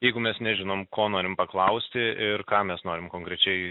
jeigu mes nežinom ko norim paklausti ir ką mes norim konkrečiai